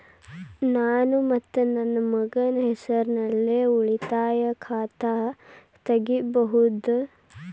ನಾನು ಮತ್ತು ನನ್ನ ಮಗನ ಹೆಸರಲ್ಲೇ ಉಳಿತಾಯ ಖಾತ ತೆಗಿಬಹುದ?